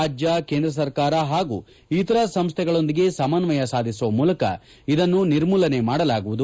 ರಾಜ್ಯ ಕೇಂದ್ರ ಸರ್ಕಾರ ಪಾಗೂ ಇತರ ಸಂಸ್ಥೆಗಳೊಂದಿಗೆ ಸಮನ್ವಯ ಸಾಧಿಸುವ ಮೂಲಕ ಇದನ್ನು ನಿರ್ಮೂಲನೆ ಮಾಡಲಾಗುವುದು